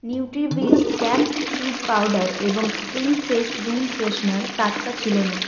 Nutriwish flax seed powder এবং spring fest room freshener টাটকা ছিল না